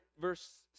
verse